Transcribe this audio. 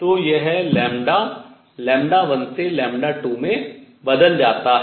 तो यह लैम्ब्डा λ1 से λ2 में बदल जाता है